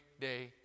day